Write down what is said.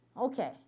Okay